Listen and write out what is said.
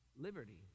Liberty